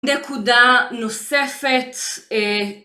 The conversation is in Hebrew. נקודה נוספת